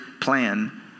plan